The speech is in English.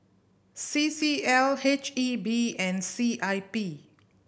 C C L H E B and C I P